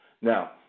Now